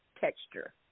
texture